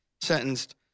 sentenced